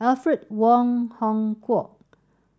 Alfred Wong Hong Kwok